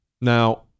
Now